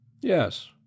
Yes